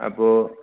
അപ്പോൾ